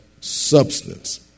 substance